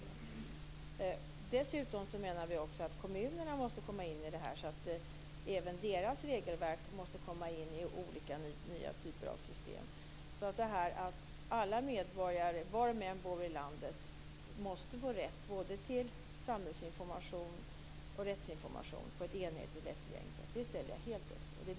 Dessutom menar vi att kommunerna måste komma in i det här. Även deras regelverk måste komma in i olika nya typer av system. Så det här med att alla medborgare, var de än bor i landet, måste få rätt till både samhällsinformation och rättsinformation på ett enhetligt och lättillgängligt sätt ställer jag helt upp på.